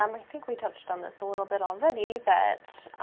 um i think we touched on this a little bit already, that